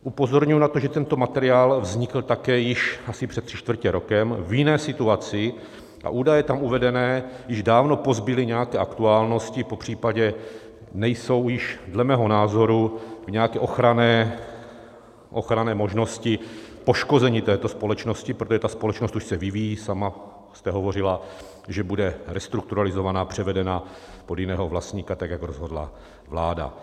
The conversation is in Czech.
Upozorňuji na to, že tento materiál vznikl také již asi před tři čtvrtě rokem v jiné situaci a údaje tam uvedené již dávno pozbyly nějaké aktuálnosti, popřípadě nejsou již dle mého názoru v nějaké ochranné možnosti poškození této společnosti, protože ta společnost už se vyvíjí, sama jste hovořila, že bude restrukturalizována, převedena pod jiného vlastníka, jak rozhodla vláda.